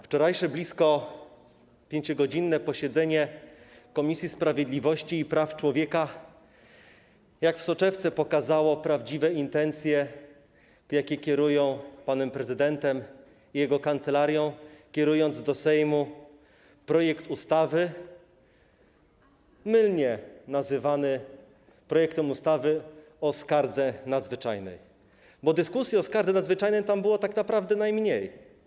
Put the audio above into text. Wczorajsze blisko 5-godzinne posiedzenie Komisji Sprawiedliwości i Praw Człowieka jak w soczewce pokazało prawdziwe intencje, jakimi kierują się pan prezydent i jego kancelaria, przedstawiając w Sejmie projekt ustawy, który mylnie jest nazywany projektem ustawy o skardze nadzwyczajnej, bo dyskusji o skardze nadzwyczajnej było tak naprawdę najmniej.